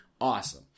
awesome